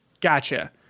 Gotcha